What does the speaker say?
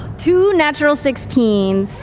two natural sixteen